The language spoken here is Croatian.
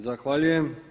Zahvaljujem.